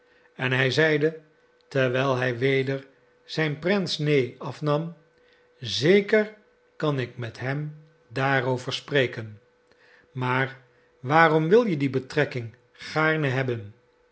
en hij zeide terwijl hij weder zijn pince-nez afnam zeker kan ik met hem daarover spreken maar waarom wil je die betrekking gaarne hebben